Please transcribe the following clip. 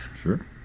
Sure